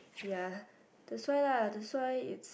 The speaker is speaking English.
ya that why lah that why is